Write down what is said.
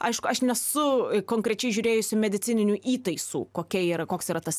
aišku aš nesu konkrečiai žiūrėjusių medicininių įtaisų kokia yra koks yra tas